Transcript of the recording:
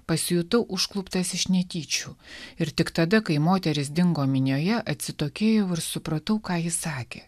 pasijutau užkluptas iš netyčių ir tik tada kai moteris dingo minioje atsitokėjau ir supratau ką ji sakė